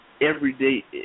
Everyday